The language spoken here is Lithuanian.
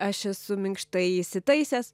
aš esu minkštai įsitaisęs